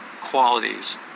qualities